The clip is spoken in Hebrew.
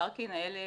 שבמקרקעין האלה